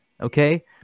okay